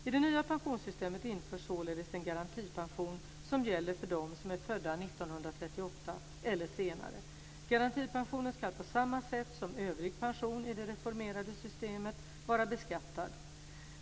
I det nya pensionssystemet införs således en garantipension, som gäller för dem som är födda 1938 eller senare. Garantipensionen ska på samma sätt som övrig pension i det reformerade systemet vara beskattad.